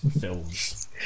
films